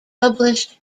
published